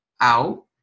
out